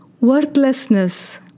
worthlessness